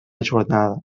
jornada